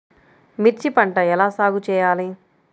మిర్చి పంట ఎలా సాగు చేయాలి?